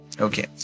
Okay